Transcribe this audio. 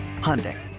Hyundai